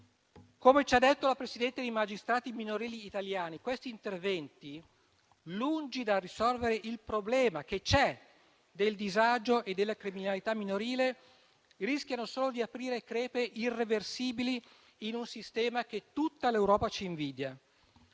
Come ci ha detto la presidente dei magistrati minorili italiani, questi interventi, lungi dal risolvere il problema - che c'è - del disagio e della criminalità minorile, rischiano solo di aprire crepe irreversibili in un sistema che tutta l'Europa ci invidia.